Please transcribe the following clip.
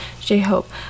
J-Hope